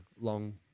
long